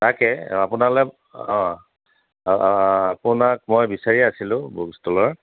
তাকে আপোনালৈ অঁ আপোনাক মই বিচাৰি আছিলোঁ বুক ষ্টলৰ